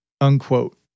unquote